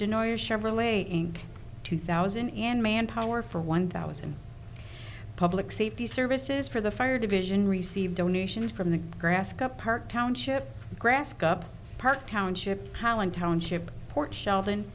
dinoire chevrolet inc two thousand and manpower for one thousand public safety services for the fire division received donations from the grass cup park township grass cup park township holland township port sheldon